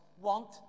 want